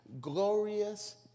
glorious